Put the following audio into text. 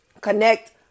Connect